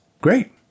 Great